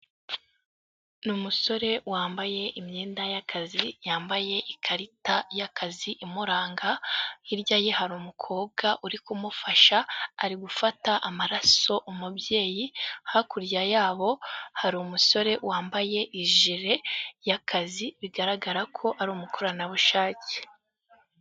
Ni umusore wambaye imyenda y'akazi, yambaye ikarita y'akazi imuranga, hirya ye hari umukobwa uri kumufasha, ari gufata amaraso umubyeyi, hakurya yabo hari umusore wambaye ijire y'akazi bigaragara ko ari umukoranabushake.